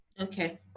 okay